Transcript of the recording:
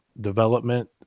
development